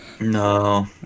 No